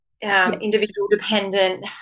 individual-dependent